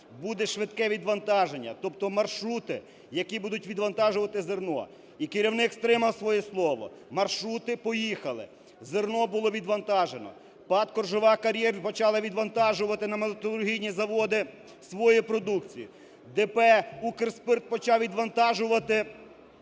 буде швидке відвантаження, тобто маршрути, які будуть відвантажувати зерно. І керівник стримав своє слово, маршрути поїхали, зерно було відвантажено, ПАТ "Коржова кар'єр" почали відвантажувати на металургійні заводи свою продукцію, ДП "Укрспирт" почав відвантажувати